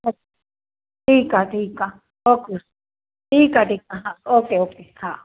ठीकु आहे ठीकु आहे ओके ठीकु आहे ठीकु आहे हा ओके ओके हा